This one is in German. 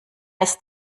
ist